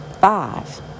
five